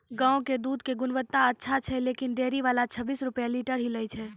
गांव के दूध के गुणवत्ता अच्छा छै लेकिन डेयरी वाला छब्बीस रुपिया लीटर ही लेय छै?